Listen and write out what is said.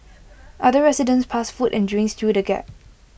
other residents passed food and drinks through the gap